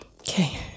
Okay